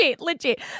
legit